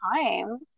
time